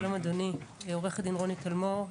שלום אדוני, עורכת הדין רוני טלמור,